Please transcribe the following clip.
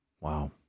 Wow